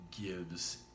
gives